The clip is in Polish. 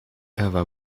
ewa